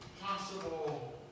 possible